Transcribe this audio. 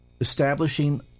establishing